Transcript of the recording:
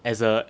as a